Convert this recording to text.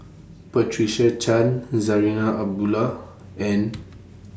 Patricia Chan Zarinah Abdullah and